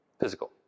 Physical